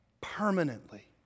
permanently